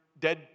Dead